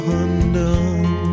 undone